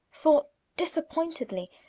thought disappointedly,